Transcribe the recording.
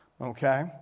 Okay